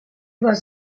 was